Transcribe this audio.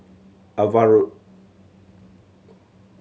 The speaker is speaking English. Ava Road